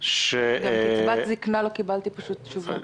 --- בעניין קצבת זִקנה לא קיבלתי תשובה.